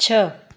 छह